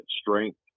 strength